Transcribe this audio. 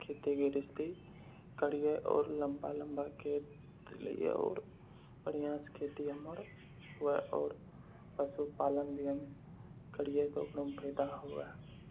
खेती गृहस्थी करिए आओर लम्बा लम्बा खेत लिए आओर बढ़ियासँ खेती हमर हुअए आओर पशुपालन भी हम करिए तऽ ओकरोमे फायदा हुअए